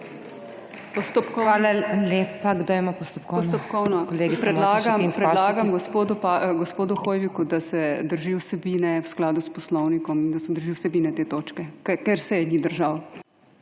ŠETINC PAŠEK (PS Svoboda): Predlagam gospodu Hoiviku, da se drži vsebine v skladu s poslovnikom in da se drži vsebine te točke, ker se je ni držal.